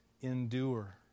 endure